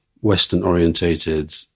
Western-orientated